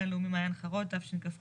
גן לאומי מעין חרוד תשכ"ח-1968.